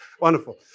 wonderful